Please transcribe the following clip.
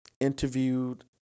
interviewed